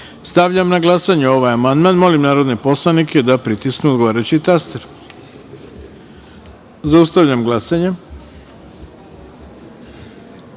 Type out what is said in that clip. na glasanje ovaj amandman. Molim narodne poslanike da pritisnu odgovarajući taster. Zaustavljam glasanje: